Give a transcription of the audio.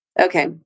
Okay